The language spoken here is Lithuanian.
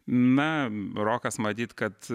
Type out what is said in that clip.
na rokas matyt kad